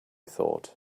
thought